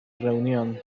reunión